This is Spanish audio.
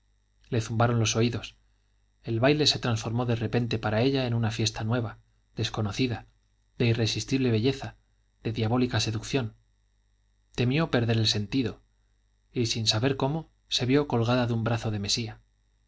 le zumbaron los oídos el baile se transformó de repente para ella en una fiesta nueva desconocida de irresistible belleza de diabólica seducción temió perder el sentido y sin saber cómo se vio colgada de un brazo de mesía